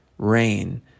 Rain